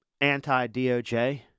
anti-DOJ